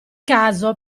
caso